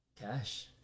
cash